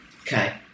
Okay